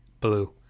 Blue